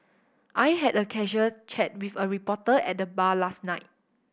I had a casual chat with a reporter at the bar last night